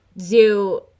zoo